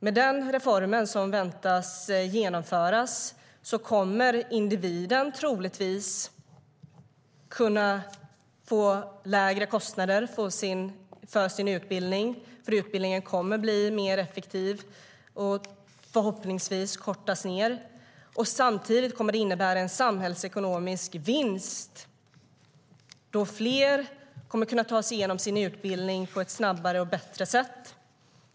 Med den reform som väntas genomföras kommer individen troligtvis att kunna få lägre kostnader för sin utbildning, eftersom utbildningen kommer att bli mer effektiv och förhoppningsvis kortas ned. Samtidigt kommer den att innebära en samhällsekonomisk vinst, då fler kommer att kunna ta sig igenom sin utbildning på ett snabbare och bättre sätt.